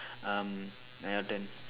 um now your turn